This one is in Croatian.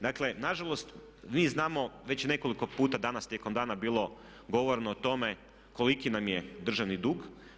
Dakle nažalost mi znamo već nekoliko puta danas tijekom dana je bilo govoreno o tome koliki nam je državni dug.